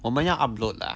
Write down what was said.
我们要 upload lah